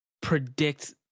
predict